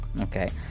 Okay